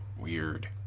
Weird